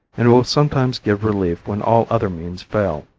and will sometimes give relief when all other means fail.